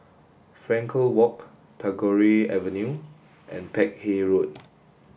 Frankel Walk Tagore Avenue and Peck Hay Road